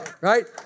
Right